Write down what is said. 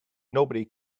nobody